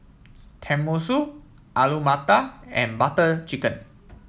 Tenmusu Alu Matar and Butter Chicken